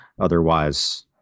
Otherwise